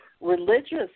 religious